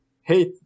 hate